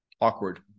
awkward